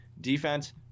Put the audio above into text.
defense